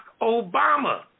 Obama